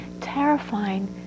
terrifying